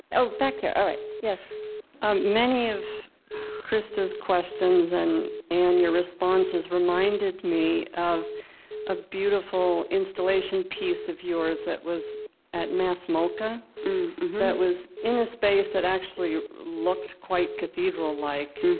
oh, back there, all right. yes um many of krista's questions and and your responses reminded me of a beautiful installation piece of yours that was at mass moca that was in a space that actually looked quite cathedral-like.